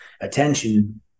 attention